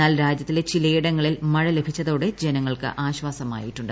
എന്നാൽ രാജ്യത്തിലെ ചിലയിടങ്ങളിൽ മഴ ലഭിച്ചതോട്ടി ്ളജനങ്ങൾക്ക് ആശ്വാസമായിട്ടുണ്ട്